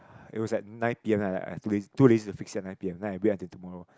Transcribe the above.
it was like nine P_M like that I too too lazy to fix it at nine P_M then I wait until tomorrow